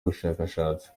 ubushakashatsi